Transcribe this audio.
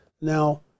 Now